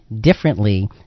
differently